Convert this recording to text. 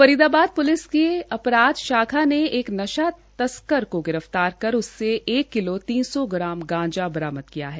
Faridabad police की अपराधा शाखा ने एक नशा तस्कर को गिरफ्तार कर उससे एक किलो तीन सौ गाम गांजा बरामद किया है